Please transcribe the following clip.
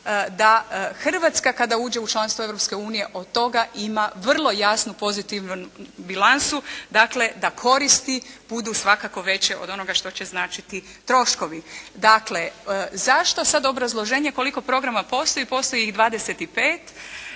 da Hrvatska kada uđe u članstvo Europske unije, od toga ima, vrlo jasno pozitivnu bilansu, dakle da koristi budu svakako veće od onoga što će značiti troškovi. Dakle, zašto, sada obrazloženje koliko programa postoji. Postoji ih 25.